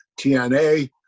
TNA